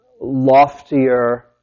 loftier